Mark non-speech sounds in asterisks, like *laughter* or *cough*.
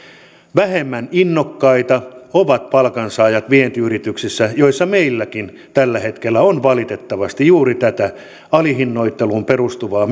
vähemmän innokkaita ovat palkansaajat vientiyrityksissä joissa meilläkin tällä hetkellä on valitettavasti juuri tätä alihinnoitteluun perustuvaa *unintelligible*